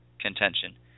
contention